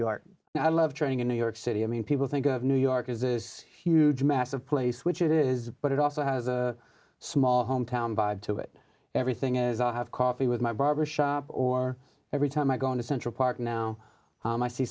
now i love training in new york city i mean people think of new york is this huge massive place which it is but it also has a small hometown bob to it everything is i have coffee with my barber shop or every time i go into central park now i see